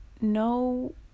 no